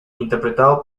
interpretado